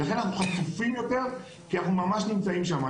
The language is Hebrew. ולכן אנחנו חשופים יותר כי אנחנו ממש נמצאים שמה.